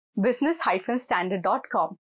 business-standard.com